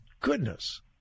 goodness